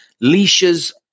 leashes